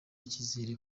icyizere